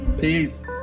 Peace